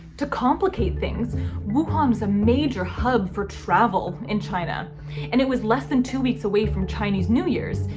to complicate things wuhan was a major hub for travel in china and it was less than two weeks away from chinese new year's,